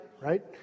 right